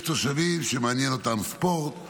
יש תושבים שמעניין אותם ספורט,